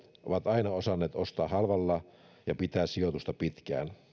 ovat aina osanneet ostaa halvalla ja pitää sijoitusta pitkään